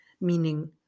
meaning